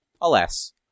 alas